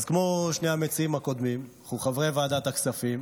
אז כמו שני המציעים הקודמים וחברי ועדת הכספים,